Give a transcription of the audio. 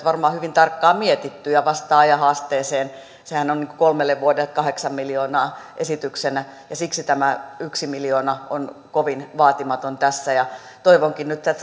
varmaan hyvin tarkkaan mietitty ja vastaa ajan haasteeseen sehän on kolmelle vuodelle kahdeksan miljoonaa esityksenä ja siksi tämä yhtenä miljoona on kovin vaatimaton tässä toivonkin nyt